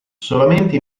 solamente